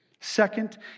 Second